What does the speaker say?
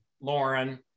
Lauren